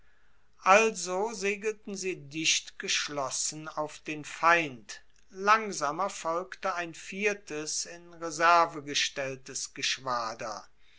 also segelten sie dichtgeschlossen auf den feind langsamer folgte ein viertes in reserve gestelltes geschwader